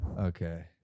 okay